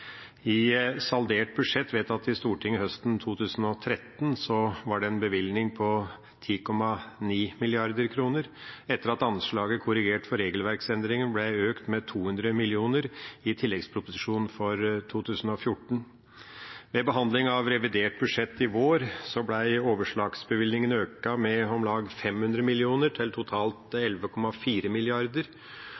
I saldert budsjett vedtatt i Stortinget høsten 2013 var det en bevilgning på 10,9 mrd. kr, etter at anslaget korrigert for regelverksendringer ble økt med 200 mill. kr i tilleggsproposisjonen for 2014. Ved behandling av revidert budsjett i vår ble overslagsbevilgningene økt med om lag 500 mill. kr til totalt